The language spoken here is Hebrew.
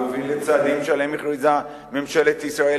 והוביל לצעדים שעליהם הכריזה ממשלת ישראל,